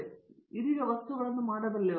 ಆದ್ದರಿಂದ ನಾವು ಇದೀಗ ಈ ವಸ್ತುಗಳನ್ನು ಮಾಡಬಲ್ಲೆವು